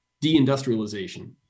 de-industrialization